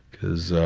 because ah.